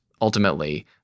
ultimately